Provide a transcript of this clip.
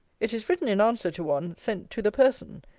it is written in answer to one, sent to the person.